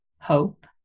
hope